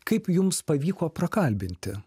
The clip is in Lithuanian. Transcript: kaip jums pavyko prakalbinti